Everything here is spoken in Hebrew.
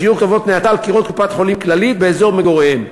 ציור כתובות נאצה על קירות קופת-חולים כללית באזור מגוריהם.